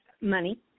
money